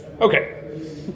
Okay